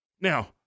Now